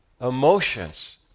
emotions